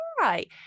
right